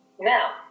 Now